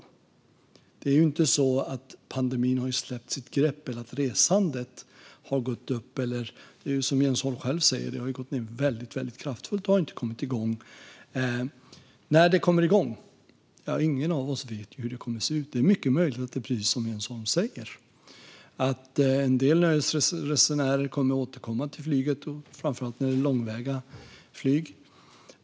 Det är ju inte så att pandemin har släppt sitt grepp eller att resandet har gått upp. Som Jens Holm själv säger har det gått ned väldigt kraftfullt, och det har inte kommit igång. När kommer det då igång? Ingen av oss vet ju hur det kommer att se ut. Det är mycket möjligt att det är precis som Jens Holm säger, att en del resenärer kommer att återkomma till flyget, framför allt när det är långväga flyg.